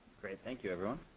great, thank you everyone.